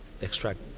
extract